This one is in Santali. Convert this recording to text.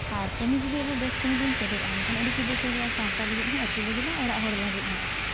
ᱟᱨ ᱠᱟᱹᱢᱤ ᱡᱩᱫᱤ ᱟᱵᱚ ᱵᱮᱥ ᱠᱟᱹᱢᱤ ᱵᱚᱱ ᱪᱮᱫᱚᱜᱼᱟ ᱮᱱᱠᱷᱟᱱ ᱟᱹᱰᱤ ᱜᱮ ᱵᱮᱥᱚᱜᱼᱟ ᱥᱟᱶᱛᱟ ᱞᱟᱹᱜᱤᱫ ᱦᱚᱸ ᱟᱹᱛᱩ ᱞᱟᱹᱜᱤᱫ ᱦᱚᱸ ᱚᱲᱟᱜ ᱦᱚᱲ ᱞᱟᱹᱜᱤᱫ ᱦᱚᱸ